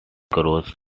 cross